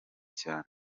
cyane